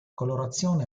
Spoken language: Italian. colorazione